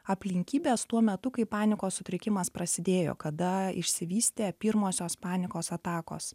aplinkybės tuo metu kai panikos sutrikimas prasidėjo kada išsivystė pirmosios panikos atakos